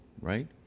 Right